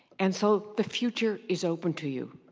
and so the future is open to you.